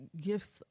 gifts